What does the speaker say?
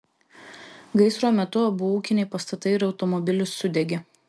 gaisro metu abu ūkiniai pastatai ir automobilis sudegė